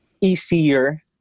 easier